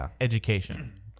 education